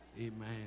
amen